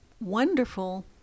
wonderful